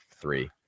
three